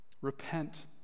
Repent